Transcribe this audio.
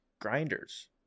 grinders